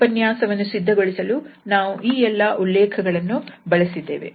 ಈ ಉಪನ್ಯಾಸವನ್ನು ಸಿದ್ಧಗೊಳಿಸಲು ನಾವು ಈ ಎಲ್ಲಾ ಉಲ್ಲೇಖಗಳನ್ನು ಬಳಸಿದ್ದೇವೆ